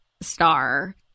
star